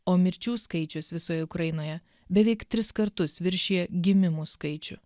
o mirčių skaičius visoje ukrainoje beveik tris kartus viršija gimimų skaičių